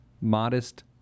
modest